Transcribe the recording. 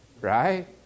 right